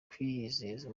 kwizeza